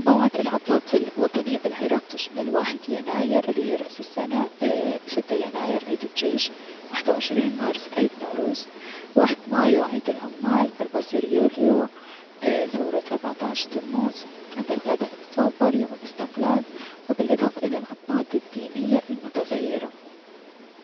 موعد العطلات الوطنية بالعراق تشمل واحد يناير الي هي عطلة رأس السنة، ايي- ستة يناير عيد الجيش، وحدة و عشرين مارس عيد نوروز ،واحد مايو عيد العمال، ارباسر يوليو اي- ثورة ابعتعش تموز ، عندك ثلاثة اكتوبر يوم الأستقلال و بلأضافة الى العطلات الدينية المتغيرة.